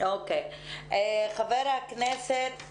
חבר הכנסת